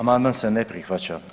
Amandman se ne prihvaća.